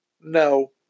no